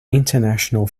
international